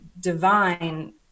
divine